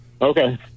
Okay